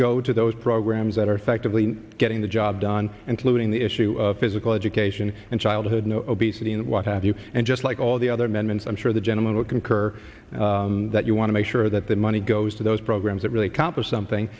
go to those programs that are effectively getting the job done and diluting the issue physical education and childhood obesity and what have you and just like all the other amendments i'm sure the gentleman would concur that you want to make sure that the money goes to those programs that really accomplish something